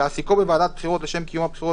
להעסיקו בוועדת בחירות לשם קיום הבחירות